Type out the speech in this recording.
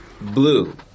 blue